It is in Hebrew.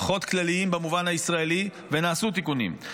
פחות כלליים במובן הישראלי, ונעשו תיקונים.